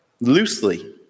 loosely